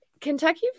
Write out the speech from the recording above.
Kentucky